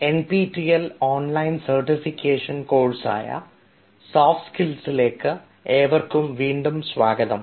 N P T L online certification course ആയ soft സ്കിൽസിലേക്ക് ഏവർക്കും വീണ്ടും സ്വാഗതം